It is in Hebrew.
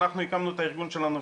אנחנו הקמנו את הארגון שלנו,